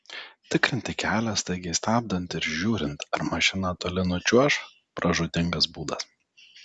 tikrinti kelią staigiai stabdant ir žiūrint ar mašina toli nučiuoš pražūtingas būdas